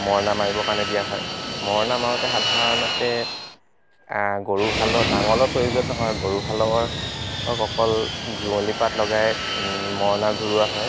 মৰণা মাৰিবৰ কাৰণে দিয়া হয় মৰণা মাৰোঁতে সাধাৰণতে গৰুহালত নাঙলৰ প্ৰয়োজন নহয় গৰুহালৰ অকল যুৱঁলি পাত লগাই মৰণা ঘূৰোৱা হয়